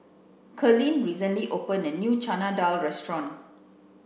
Karlene recently opened a new Chana Dal restaurant